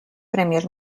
premios